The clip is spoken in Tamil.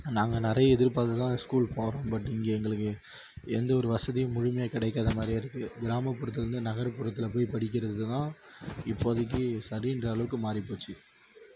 நாங்கள் நிறைய எதிர்பார்த்துதான் ஸ்கூல் போகிறோம் பட் இங்கே எங்களுக்கு எந்த ஒரு வசதியும் முழுமையாக கிடைக்காதமாதிரியே இருக்குது கிராமப்புறத்திலேருந்து நகர்ப்புறத்தில் போய் படிக்கிறதுதான் இப்போதைக்கு சரின்ற அளவுக்கு மாறிப்போச்சு